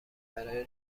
برای